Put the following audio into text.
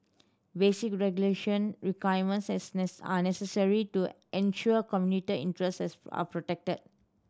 basic regulatory requirements are necessary to ensure commuter interests are protected